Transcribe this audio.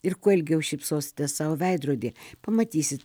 ir kuo ilgiau šypsositės sau veidrodyje pamatysit